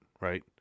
right